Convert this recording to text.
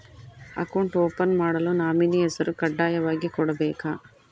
Account open ಮಾಡಲು nominee ಹೆಸರು ಕಡ್ಡಾಯವಾಗಿ ಕೊಡಬೇಕಾ?